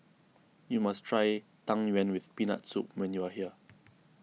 you must try Tang Yuen with Peanut Soup when you are here